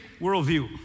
worldview